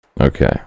okay